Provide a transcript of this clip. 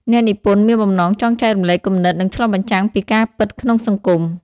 អ្នកនិពន្ធមានបំណងចង់ចែករំលែកគំនិត និងឆ្លុះបញ្ចាំងពីការពិតក្នុងសង្គម។